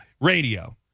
radio